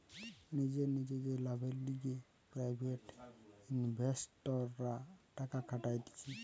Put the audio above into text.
নিজের নিজের যে লাভের লিগে প্রাইভেট ইনভেস্টররা টাকা খাটাতিছে